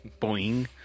Boing